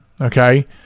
Okay